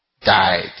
died